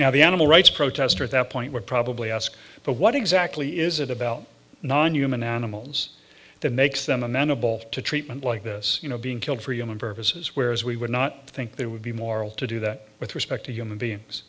now the animal rights protester that point would probably ask but what exactly is it about nonhuman animals that makes them amenable to treatment like this you know being killed for human services whereas we would not think there would be moral to do that with respect to human beings